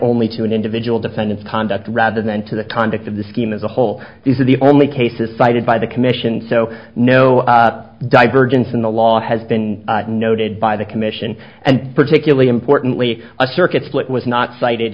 only to an individual defendant's conduct rather than to the conduct of the scheme as a whole these are the only cases cited by the commission so no divergence in the law has been noted by the commission and particularly importantly a circuit split was not cited